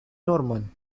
norman